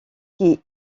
qui